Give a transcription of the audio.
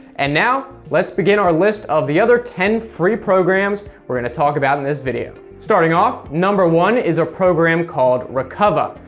and now, let's begin our list of the other ten free programs we're gonna talk about in this video. starting off, number one is a program called recuva,